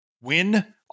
win